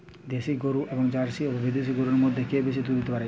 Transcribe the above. দেশী গরু এবং জার্সি বা বিদেশি গরু মধ্যে কে বেশি দুধ দিতে পারে?